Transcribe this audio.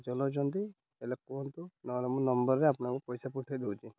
ଚଲାଉଛନ୍ତି ହେଲେ କୁହନ୍ତୁ ନହେଲେ ନମ୍ବରରେ ଆପଣଙ୍କୁ ପଇସା ପଠାଇ ଦେଉଛି